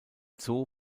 zoo